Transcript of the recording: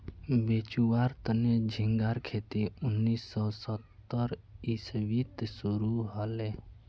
बेचुवार तने झिंगार खेती उन्नीस सौ सत्तर इसवीत शुरू हले